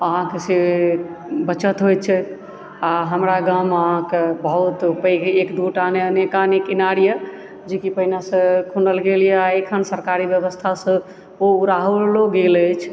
अहाँके से बचत होइत छै आओर हमरा गाममे अहाँके बहुत पैघ एक दूटा नहि अनेकानेक इनार यए जेकि पहिनेसँ खूनल गेल यए आओर अखन सरकारी व्यवस्थासँ ओ गराहओल गेल अछि